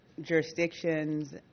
jurisdictions